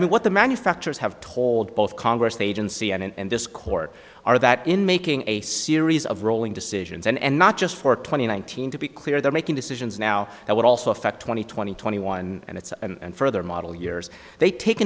i mean what the manufacturers have told both congress the agency and this court are that in making a series of rolling decisions and not just for twenty one thousand to be clear they're making decisions now that would also affect twenty twenty twenty one and it's and further model years they take